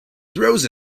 throws